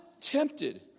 tempted